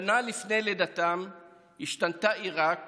שנה לפני לידתם השתנתה עיראק